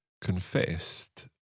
confessed